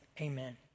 amen